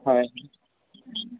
হয়